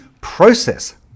process